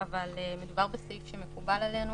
מדובר בסעיף שמקובל עלינו,